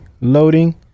loading